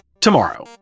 tomorrow